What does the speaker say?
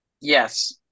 Yes